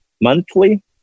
monthly